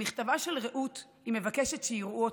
במכתבה של רעות היא מבקשת שיראו אותה.